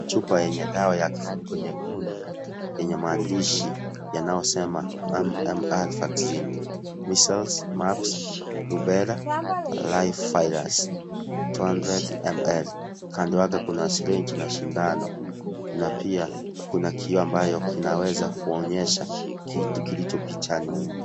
Chupa yenye dawa ya kifuniko nyekundu, yenye maandishi yanayosema MMR vaccine, measles ,mumps, lubera, lifires 200ml .Kando yake kuna syringe na shindano na pia kuna kioo ambayo kinaweza kuonyesha kitu kilicho pichani humu.